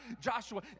Joshua